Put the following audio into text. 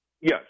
Yes